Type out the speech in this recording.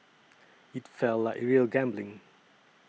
it felt like real gambling